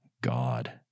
God